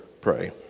pray